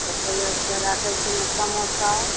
तऽ पहिलेसँ राखय छी ने समोसा